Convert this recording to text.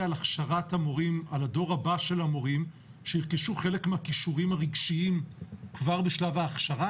על הדור הבא של המורים שירכשו חלק מהכישורים הרגשיים כבר בשלב ההכשרה?